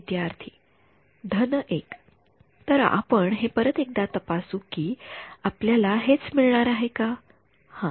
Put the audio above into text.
विद्यार्थी धन १ तर आपण हे परत एकदा तपासू कि आपल्याला हेच मिळणार आहे का हा